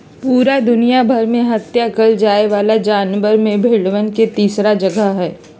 पूरा दुनिया भर में हत्या कइल जाये वाला जानवर में भेंड़वन के तीसरा जगह हई